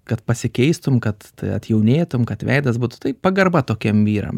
kad pasikeistum kad tai atjaunėtum kad veidas būtų tai pagarba tokiem vyram